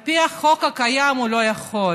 על פי החוק הקיים הוא לא יכול.